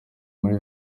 muri